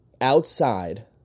outside